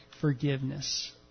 forgiveness